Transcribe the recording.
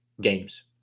games